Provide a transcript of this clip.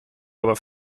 aber